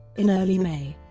in early may,